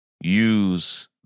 use